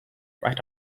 right